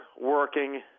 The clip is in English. working